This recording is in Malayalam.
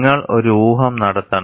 നിങ്ങൾ ഒരു ഊഹം നടത്തണം